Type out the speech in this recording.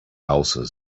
ulcers